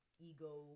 ego